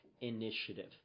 initiative